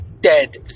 dead